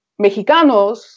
Mexicanos